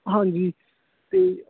ਹਾਂਜੀ ਅਤੇ